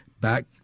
back